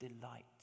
delight